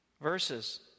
verses